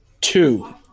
Two